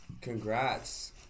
Congrats